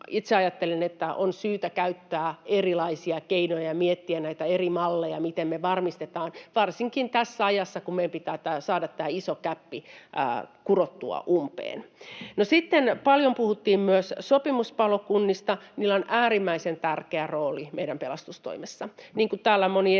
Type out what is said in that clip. ratkaisemiseksi on syytä käyttää erilaisia keinoja ja miettiä näitä eri malleja, miten me varmistetaan tämä varsinkin tässä ajassa, kun meidän pitää saada tämä iso gäppi kurottua umpeen. No, sitten paljon puhuttiin myös sopimuspalokunnista. Niillä on äärimmäisen tärkeä rooli meidän pelastustoimessa, täällä moni